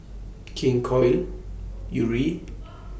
King Koil Yuri